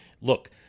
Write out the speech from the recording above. Look